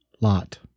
lot